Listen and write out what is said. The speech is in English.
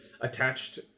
attached